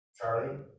Charlie